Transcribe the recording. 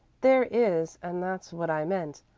there is, and that's what i meant.